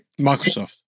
Microsoft